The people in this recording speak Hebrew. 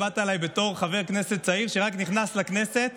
באת אליי בתור חבר כנסת צעיר, שרק נכנס לכנסת,